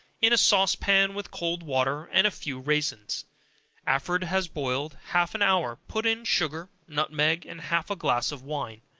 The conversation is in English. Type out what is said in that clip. in a sauce-pan with cold water, and a few raisins after it has boiled half an hour, put in sugar, nutmeg, and half a glass of wine,